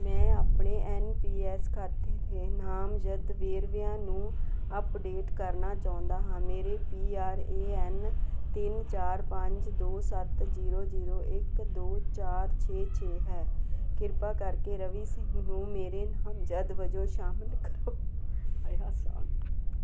ਮੈਂ ਆਪਣੇ N P S ਖਾਤੇ ਦੇ ਨਾਮਜ਼ਦ ਵੇਰਵਿਆਂ ਨੂੰ ਅੱਪਡੇਟ ਕਰਨਾ ਚਾਹੁੰਦਾ ਹਾਂ ਮੇਰਾ ਪੀਆਰਏਐੱਨ ਤਿੰਨ ਚਾਰ ਪੰਜ ਦੋ ਸੱਤ ਜੀਰੋ ਜੀਰੋ ਇੱਕ ਦੋ ਚਾਰ ਛੇ ਛੇ ਹੈ ਕਿਰਪਾ ਕਰਕੇ ਰਵੀ ਸਿੰਘ ਨੂੰ ਮੇਰੇ ਨਾਮਜ਼ਦ ਵਜੋਂ ਸ਼ਾਮਲ ਕਰੋ